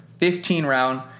15-round